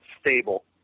stable